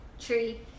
Tree